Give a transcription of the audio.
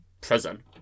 prison